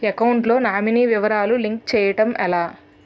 Account లో nominee వివరాలు link చేయటం ఎలా?